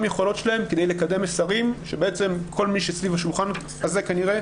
יכולות שלהם כדי לקדם מסרים שבעצם כל מי שסביב השולחן הזה כנראה